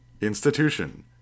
Institution